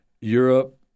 Europe